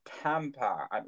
Tampa